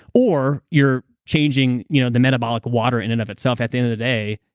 or you're changing you know the metabolic water in and of itself. at the end of the day,